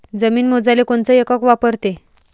जमीन मोजाले कोनचं एकक वापरते?